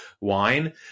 wine